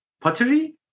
pottery